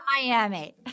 Miami